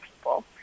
people